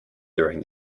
during